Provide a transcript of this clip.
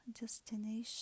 destination